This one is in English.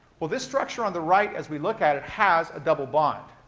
well, this structure on the right, as we look at it, has a double bond.